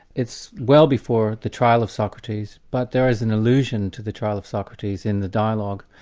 it's well before the trial of socrates, but there is an allusion to the trial of socrates in the dialogue.